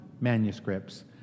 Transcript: manuscripts